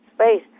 space